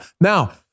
Now